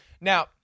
Now